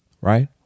right